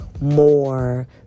more